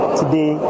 today